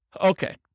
Okay